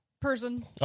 person